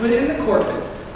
but in the corpus.